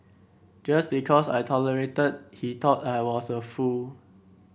just because I tolerated he thought I was a fool